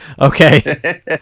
Okay